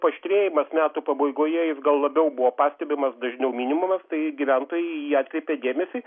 paaštrėjimas metų pabaigoje jis gal labiau buvo pastebimas dažniau minimumas tai gyventojai į jį atkreipė dėmesį